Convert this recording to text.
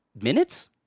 minutes